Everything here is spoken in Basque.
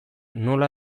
nola